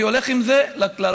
אני הולך עם זה לרמטכ"ל.